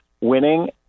winning